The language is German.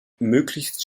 möglichst